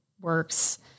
works